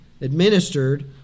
administered